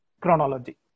chronology